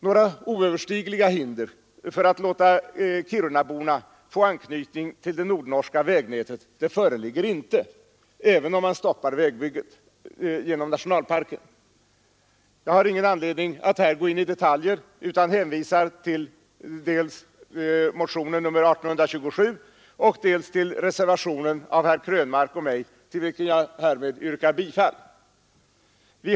Några oöverstigliga hinder för att låta kirunaborna få anknytning till det nordnorska vägnätet föreligger inte, även om man stoppar vägbygget genom nationalparken. Jag har ingen anledning att här gå in på detaljer utan hänvisar till dels motionen 1827, dels reservationen av herr Krönmark och mig själv, till vilken jag härmed yrkar bifall.